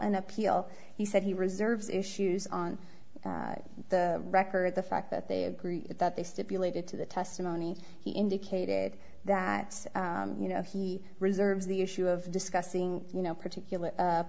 an appeal he said he reserves issues on the record the fact that they agreed that they stipulated to the testimony he indicated that you know he reserves the issue of discussing particular